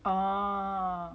uh